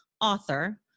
author